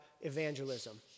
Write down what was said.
evangelism